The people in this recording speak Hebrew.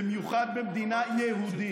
במיוחד במדינה יהודית.